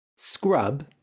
Scrub